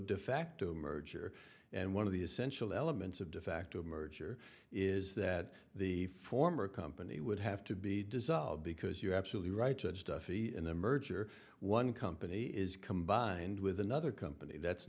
defacto merger and one of the essential elements of de facto merger is that the former company would have to be dissolved because you're absolutely right and stuffy in a merger one company is combined with another company that's